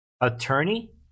attorney